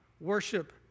worship